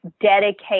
dedicate